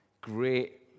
great